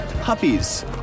puppies